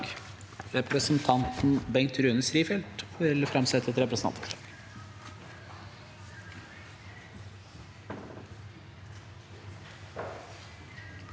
Representanten Bengt Rune Strifeldt vil framsette et representantforslag.